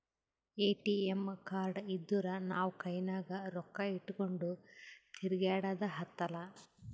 ATM card ಇದ್ದೂರ್ ನಾವು ಕೈನಾಗ್ ರೊಕ್ಕಾ ಇಟ್ಗೊಂಡ್ ತಿರ್ಗ್ಯಾಡದ್ ಹತ್ತಲಾ